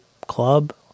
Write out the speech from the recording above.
club